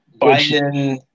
Biden